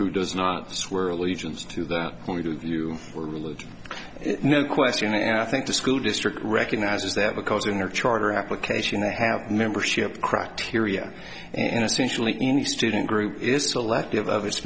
who does not swear allegiance to the point of view or religion no question and i think the school district recognizes that because in their charter application they have membership criteria and essentially any student group is selective of its